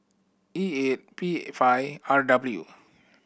E eight P five R W